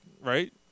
right